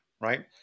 Right